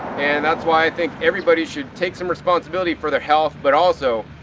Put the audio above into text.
and that's why i think everybody should take some responsibility for their health but also,